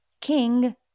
king